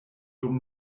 dum